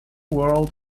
world